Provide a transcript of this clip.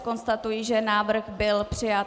Konstatuji, že návrh byl přijat.